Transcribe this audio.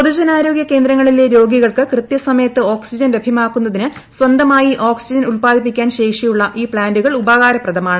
പൊതുജനാരോഗൃ കേന്ദ്രങ്ങളിലെ രോഗികൾക്ക് കൃത്യസമയത്ത് ഓക്സിജൻ ലഭൃമാക്കുന്നതിന് സ്വന്ത്മായി ഓക്സിജൻ ഉത്പാദിപ്പിക്കാൻ ശേഷിയുള്ള ഈ പ്ലാന്റുകൾ ഉപകാരപ്രദമാണ്